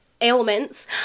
ailments